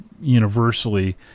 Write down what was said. universally